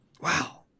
Wow